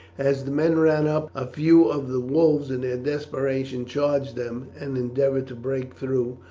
as the men ran up, a few of the wolves in their desperation charged them and endeavoured to break through,